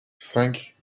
cinq